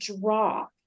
drop